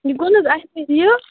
یہِ گوٚو نہٕ حظ اَسہِ سۭتۍ یہِ